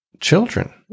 children